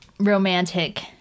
romantic